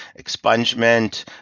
expungement